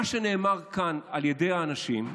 מה שנאמר כאן על ידי האנשים,